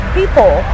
people